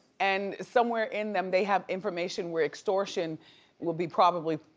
and somewhere in them they have information where extortion will be probably,